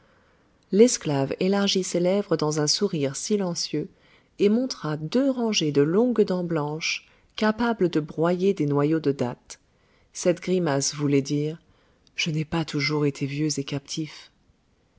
l'esclave élargit ses lèvres dans un sourire silencieux et montra deux rangées de longues dents blanches capables de broyer des noyaux de dattes cette grimace voulait dire je n'ai pas toujours été vieux et captif